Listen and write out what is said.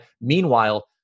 Meanwhile